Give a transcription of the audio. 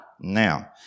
Now